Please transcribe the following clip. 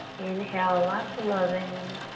inhale lots of love in.